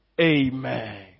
Amen